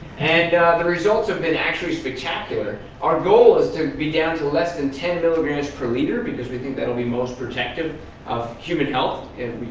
and the results have been actually spectacular. our goal is to be down to less than ten milligrams per liter because we think that'll be most protective of human health and,